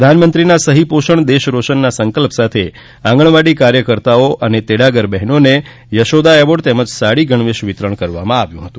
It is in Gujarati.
પ્રધાનમંત્રીના સહી પોષણ દેશ રોશનના સંકલ્પ સાથે આંગણવાડી કાર્યકર્તાઓને અને તેડાગર માતાઓને યશોદા એવોર્ડ તેમજ સાડી ગણવેશ વિતરણ કરવામાં આવ્યું હતું